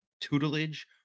tutelage